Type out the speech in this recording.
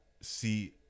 see